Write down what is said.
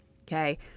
Okay